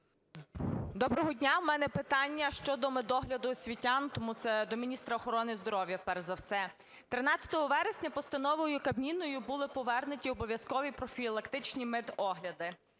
Доброго дня! В мене питання щодо медогляду освітян, тому це до міністра охорони здоров'я перш за все. 13 вересня постановою Кабміну були повернуті обов'язкові профілактичні медогляди.